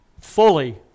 fully